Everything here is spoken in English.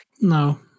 No